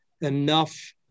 enough